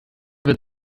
wird